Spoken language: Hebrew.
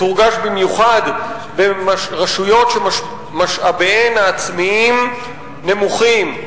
תורגש במיוחד ברשויות שמשאביהן העצמיים נמוכים,